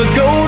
go